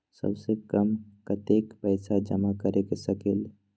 सबसे कम कतेक पैसा जमा कर सकेल?